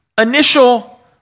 initial